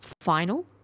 final